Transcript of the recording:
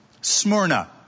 Smyrna